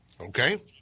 okay